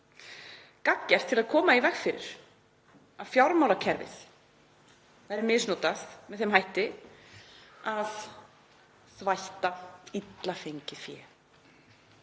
gagngert til að koma í veg fyrir að fjármálakerfið væri misnotað með þeim hætti að þvætta illa fengið fé.